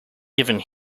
given